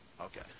Okay